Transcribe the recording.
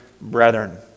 brethren